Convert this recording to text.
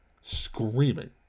screaming